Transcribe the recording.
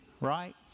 right